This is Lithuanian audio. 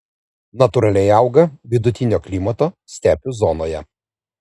natūraliai auga vidutinio klimato stepių zonoje